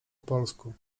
polsku